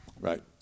right